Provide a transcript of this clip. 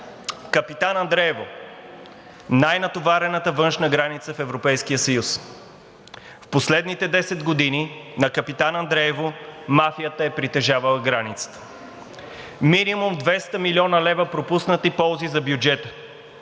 Капитан Андреево – най-натоварената външна граница в Европейския съюз. В последните 10 години на Капитан Андреево мафията е притежавала границата. Минимум 200 млн. лв. пропуснати ползи за бюджета.